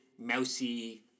mousy